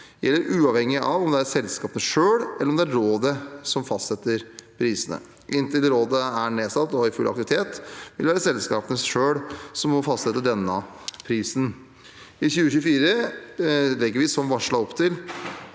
gjelder uavhengig av om det er selskapene selv eller rådet som fastsetter prisene. Inntil rådet er nedsatt og i full aktivitet, vil det være selskapene selv som må fastsette denne prisen. I 2024 legger vi som vars